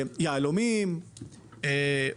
יהלומים,